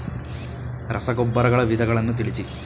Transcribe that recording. ರಸಗೊಬ್ಬರಗಳ ವಿಧಗಳನ್ನು ತಿಳಿಸಿ?